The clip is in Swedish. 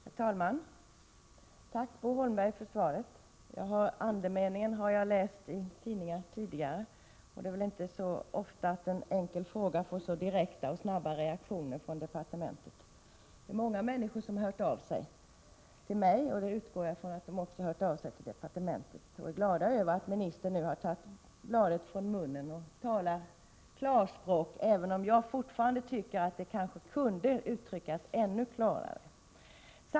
Herr talman! Tack, Bo Holmberg, för svaret. Andemeningen har jag tidigare lärt känna i tidningar. Det är väl inte så ofta som en enkel fråga får så direkta och snabba reaktioner från departementets sida. Många människor har hört av sig till mig, och jag utgår ifrån att somliga också har hört av sig till departementet och uttryckt sin glädje över att ministern nu har tagit bladet från munnen och talat klarspråk. Fortfarande tycker jag att civilministern kunde ha uttryckt sig ännu klarare.